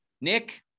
Nick